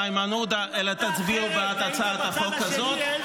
איימן עודה אלא תצביעו בעד הצעת החוק הזאת.